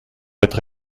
être